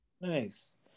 Nice